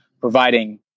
providing